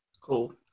Cool